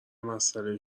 مسئله